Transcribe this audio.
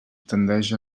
tendeix